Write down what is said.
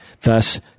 Thus